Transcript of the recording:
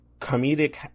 comedic